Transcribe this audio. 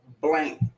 blank